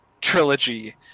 trilogy